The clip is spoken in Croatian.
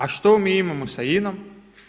A što mi imamo sa INA-om?